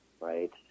right